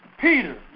Peter